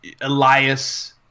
Elias